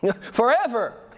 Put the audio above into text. forever